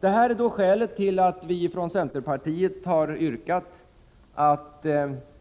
Detta är skälet till att vi från centerpartiet har yrkat att